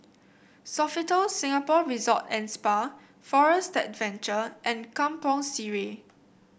Sofitel Singapore Resort and Spa Forest Adventure and Kampong Sireh